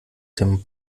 dem